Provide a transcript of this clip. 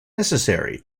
necessary